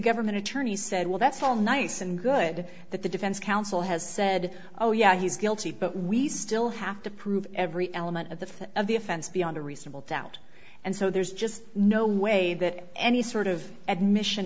government he said well that's all nice and good that the defense counsel has said oh yeah he's guilty but we still have to prove every element of the of the offense beyond a reasonable doubt and so there's just no way that any sort of admission